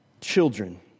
Children